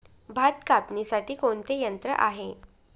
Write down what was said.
भात कापणीसाठी कोणते यंत्र आहे?